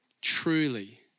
Truly